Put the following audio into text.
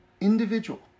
individual